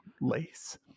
lace